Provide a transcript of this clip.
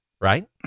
Right